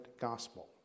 gospel